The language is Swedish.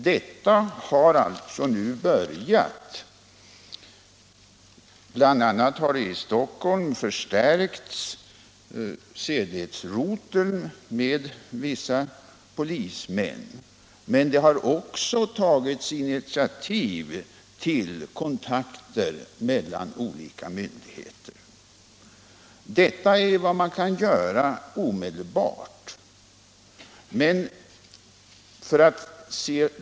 Detta har alltså nu börjat. Bl. a. har sedlighetsroteln i Stockholm förstärkts med ett visst antal polismän. Men initiativ har också tagits till kontakter mellan olika myndigheter. Detta är vad man kan göra omedelbart.